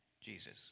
Jesus